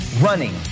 Running